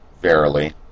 verily